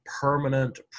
permanent